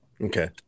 Okay